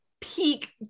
peak